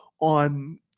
on